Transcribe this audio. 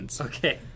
Okay